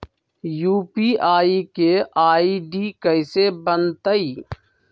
UPI के ID कैसे बनतई?